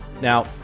Now